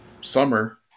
summer